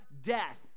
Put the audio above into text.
death